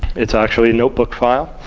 it's actually notebook file.